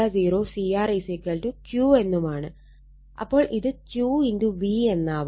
അപ്പോൾ ഇത് Q V എന്നാവും